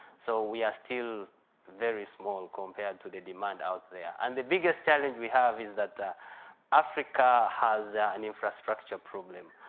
so we are still very small compared to the demand out there. and the biggest challenge we have is that africa has an infrastructure problem.